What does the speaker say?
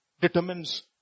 determines